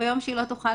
-- מהיום שהיא לא תוכל,